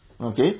Okay